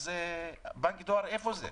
אז איפה בנק הדואר?